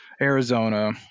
Arizona